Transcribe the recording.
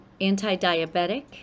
anti-diabetic